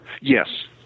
Yes